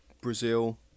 Brazil